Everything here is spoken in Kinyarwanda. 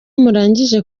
murangije